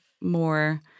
more